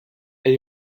elle